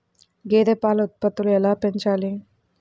గేదె పాల ఉత్పత్తులు ఎలా పెంచాలి?